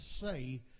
say